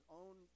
own